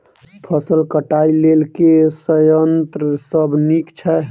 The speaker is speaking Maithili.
फसल कटाई लेल केँ संयंत्र सब नीक छै?